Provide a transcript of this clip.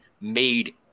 made